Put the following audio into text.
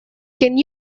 can